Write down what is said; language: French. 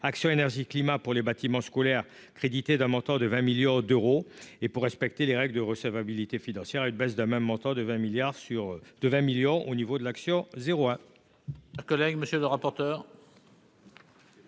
Action énergie climat pour les bâtiments scolaires, crédité d'un montant de 20 millions d'euros et pour respecter les règles de recevabilité financière, une baisse de même montant de 20 milliards sur de 20 millions au niveau de l'action 01.